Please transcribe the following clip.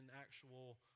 actual